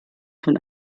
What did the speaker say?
von